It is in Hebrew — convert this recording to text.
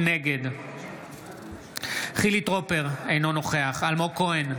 נגד חילי טרופר, אינו נוכח אלמוג כהן,